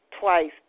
twice